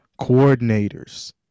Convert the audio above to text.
coordinators